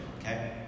okay